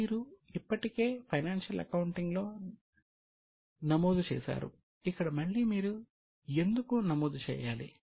మీరు ఇప్పటికే ఫైనాన్షియల్ అకౌంటింగ్లో నమోదు చేసారు ఇక్కడ మళ్ళీ మీరు ఎందుకు నమోదు చేయాలి